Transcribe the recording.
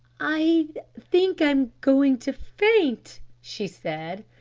i think i'm going to faint, she said.